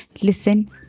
listen